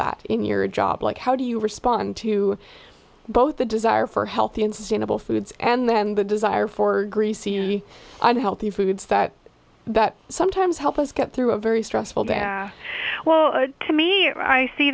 that in your job like how do you respond to both the desire for healthy and sustainable foods and then the desire for greasy and healthy foods that that sometimes help us get through a very stressful bad well to me i see